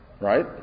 Right